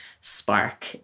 spark